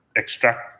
extract